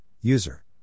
user